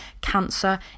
cancer